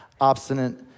obstinate